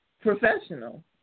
professional